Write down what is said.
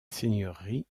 seigneurie